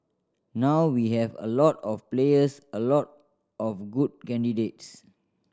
now we have a lot of players a lot of good candidates